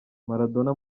maradona